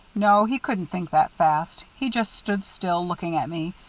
no, he couldn't think that fast. he just stood still, looking at me,